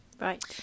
Right